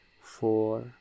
four